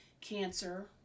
cancer